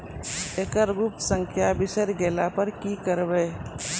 एकरऽ गुप्त संख्या बिसैर गेला पर की करवै?